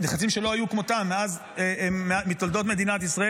-- לחצים שלא היו כמותם בתולדות מדינת ישראל.